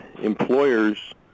employers